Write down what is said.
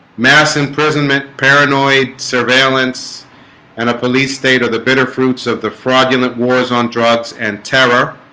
mass imprisonment paranoid surveillance and a police state of the bitter fruits of the fraudulent wars on drugs and terror